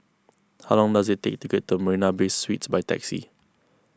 how long does it take to get to Marina Bay Suites by taxi